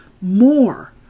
More